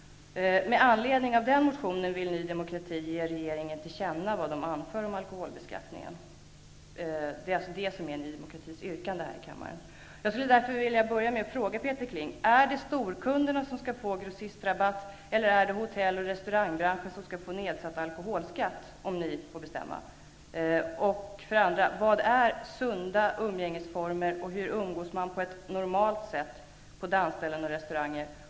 Med anledning av den motionen vill Ny demokrati ge regeringen till känna vad man anför om alkoholbeskattningen -- det är alltså Ny demokratis yrkande här i kammaren. Jag skulle därför vilja börja med att fråga Peter Kling: Är det storkunderna som skall få grossistrabatt, eller är det hotell och restaurangbranschen som skall få nedsatt alkoholskatt, om ni får bestämma? Och vad är sunda umgängesformer, och hur umgås man på ett normalt sätt på dansställen och restauranger?